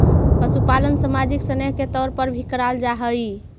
पशुपालन सामाजिक स्नेह के तौर पर भी कराल जा हई